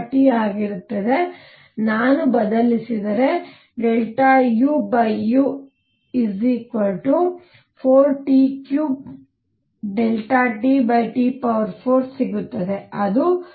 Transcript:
u∝4T3T ಆಗಿರುತ್ತದೆ ನಾನು ಬದಲಿಸಿದರೆ uu4T3TT4 ಸಿಗುತ್ತದೆ ಅದು 4TT